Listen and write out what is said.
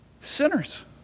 Sinners